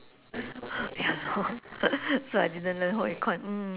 ya lor so I didn't learn home econ mm